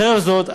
חרף זאת,